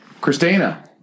Christina